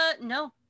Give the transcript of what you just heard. no